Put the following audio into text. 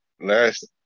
last